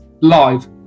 live